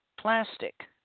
plastic